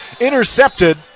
intercepted